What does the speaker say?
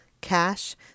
cash